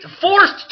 Forced